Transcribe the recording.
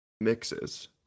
mixes